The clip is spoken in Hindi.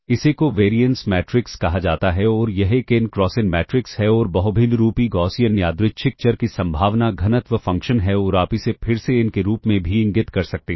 इसे कोवेरिएंस मैट्रिक्स कहा जाता है और यह एक n क्रॉस n मैट्रिक्स है और बहुभिन्नरूपी गौसियन यादृच्छिक चर की संभावना घनत्व फ़ंक्शन है और आप इसे फिर से n के रूप में भी इंगित कर सकते हैं